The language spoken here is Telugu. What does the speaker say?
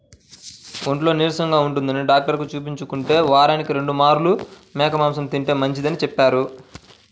ఒంట్లో నీరసంగా ఉంటందని డాక్టరుకి చూపించుకుంటే, వారానికి రెండు మార్లు మేక మాంసం తింటే మంచిదని చెప్పారు